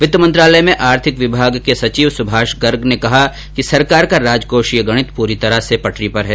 वित्त मंत्रालय में आर्थिक विभाग के सचिव सुभाष चंद्र गर्ग ने कहा कि सरकार का राजकोषीय गणित पूरी तरह से पटरी पर है